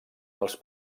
els